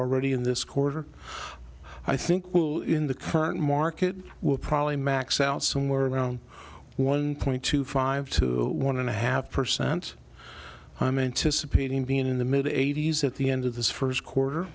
already in this quarter i think in the current market will probably max out somewhere around one point two five to one and a half percent i'm anticipating being in the mid eighty's at the end of this first quarter